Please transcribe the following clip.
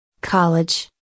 College